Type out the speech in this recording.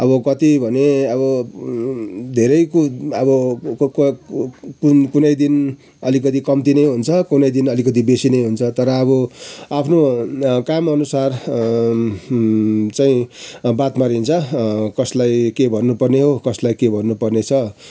अब कति भने अब धेरै कु अब कुनै दिन अलिकति कम्ती नै हुन्छ कुनै दिन अलिकति बेसी नै हुन्छ तर अब आफ्नो काम अनुसार चाहिँ बात मारिन्छ कसलाई के भन्नु पर्ने हो कसलाई के भन्नुपर्ने छ र